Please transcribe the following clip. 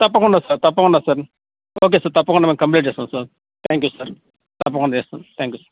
తప్పకుండా సార్ తప్పకుండా sir okay sir తప్పకుండా మేము కంప్లీట్ చేస్తాము సార్ థ్యాంక్ యూ సార్ తప్పకుండా చేస్తాము థ్యాంక్ యూ